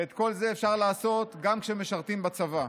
ואת כל זה אפשר לעשות גם כשמשרתים בצבא.